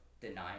deny